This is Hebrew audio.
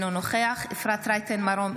אינו נוכח אפרת רייטן מרום,